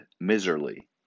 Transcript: miserly